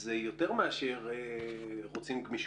זה יותר מאשר "גמישות",